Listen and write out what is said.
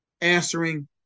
answering